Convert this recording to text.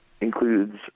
includes